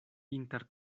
inter